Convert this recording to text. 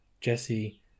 Jesse